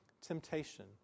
temptation